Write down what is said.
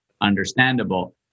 understandable